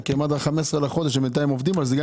כי עד ה-15 בחודש הם בינתיים עובדים על זה.